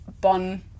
Bon